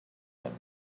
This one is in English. him